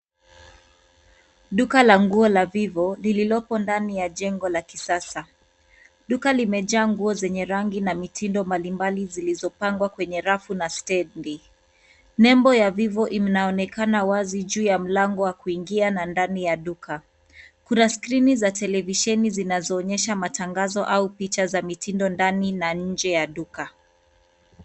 Duka la nguo la Vivo lililoko ndani ya jengo la kisasa. Duka limejaa nguo zenye rangi na mitindo mbalimbali, zilizopangwa kwenye rafu na stendi. Nembo ya Vivo inaonekana wazi juu ya mlango wa kuingia na ndani ya duka. Kuna skrini za televisheni zinazoonyesha matangazo au picha za mitindo ndani na nje ya duka.